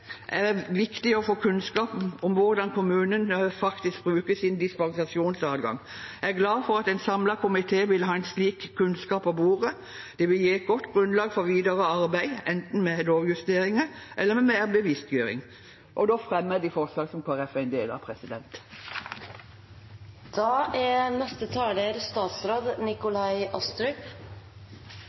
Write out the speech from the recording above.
viktig å få kunnskap om hvordan kommunene faktisk bruker sin dispensasjonsadgang. Jeg er glad for at en samlet komité vil ha en slik kunnskap på bordet. Det vil gi et godt grunnlag for videre arbeid enten med lovjusteringer eller med mer bevisstgjøring. Regjeringen har lenge arbeidet med forenklinger og